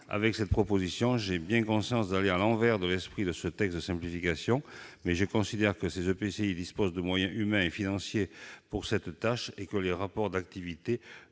Avec cette proposition, j'ai bien conscience d'aller à rebours de l'esprit de ce texte de simplification. Cependant, je considère que ces EPCI disposent des moyens humains et financiers pour assumer cette tâche et que les rapports d'activité ne doivent pas